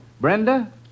Brenda